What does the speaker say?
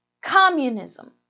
communism